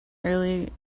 early